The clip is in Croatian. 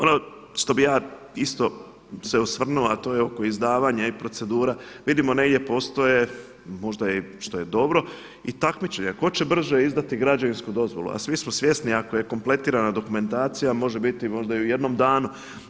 Ono što bih ja isto se osvrnuo a to je oko izdavanja i procedura, vidimo negdje postoje možda i što je dobro i takmičenja, tko će brže izdati građevinsku dozvolu a svi smo svjesni ako je kompletirana dokumentacija, može biti možda i u jednom danu.